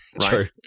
True